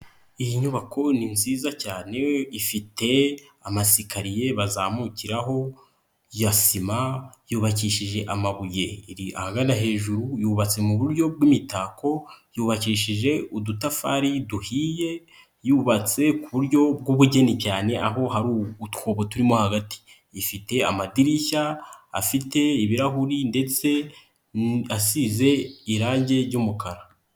Iyi nyubako ni nziza cyane ifite amasikariye bazamukiraho ya sima. Yubakishije amabuye iri ahagana hejuru yubatse mu buryo bw'imitako. Yubakishije udutafari duhiye yubatse ku buryo bw'ubugeni cyane, aho hari utwobo turimo hagati. Ifite amadirishya afite ibirahuri ndetse asize irangi ry'umukara.